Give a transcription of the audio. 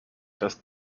das